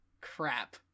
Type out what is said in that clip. crap